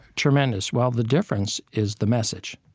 tremendous. well, the difference is the message,